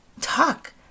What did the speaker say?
Talk